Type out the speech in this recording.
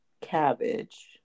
cabbage